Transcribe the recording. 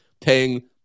paying